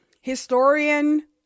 historian